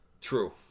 true